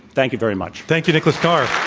thank you very much. thank you, nicholas carr.